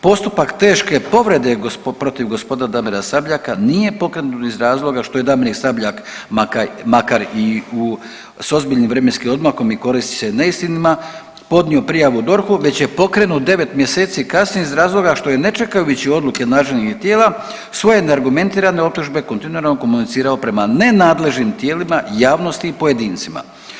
Postupak teške povrede protiv g. Damira Sabljaka nije pokrenut iz razloga što je Damir Sabljak makar i s ozbiljnim vremenskim odmakom i koristi se neistinama podnio prijavu DORH-u već je pokrenut 9 mjeseci kasnije iz razloga što je ne čekajući odluke nadležnih tijela svoje neargumentirane optužbe kontinuirano komunicirao prema nenadležnim tijelima, javnosti i pojedincima.